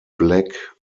black